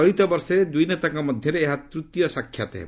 ଚଳିତ ବର୍ଷରେ ଦ୍ରଇ ନେତାଙ୍କ ମଧ୍ୟରେ ଏହା ତୂତୀୟ ସାକ୍ଷାତ ହେବ